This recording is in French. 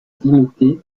limitée